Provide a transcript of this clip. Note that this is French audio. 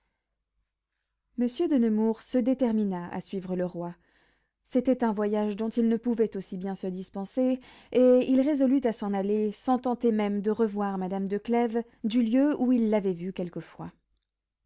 monsieur de nemours se détermina à suivre le roi c'était un voyage dont il ne pouvait aussi bien se dispenser et il résolut à s'en aller sans tenter même de revoir madame de clèves du lieu où il l'avait vue quelquefois